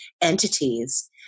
entities